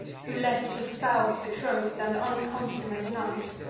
who left his spouse betroth'd, and unconsummate night.